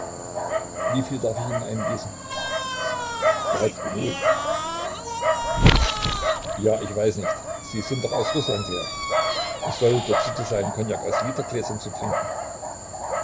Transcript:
viel darf ich ihnen eingießen gott genug ja ich weiß nicht sie sind doch aus rußland her es soll dort sitte sein cognac aus litergläsern zu trinken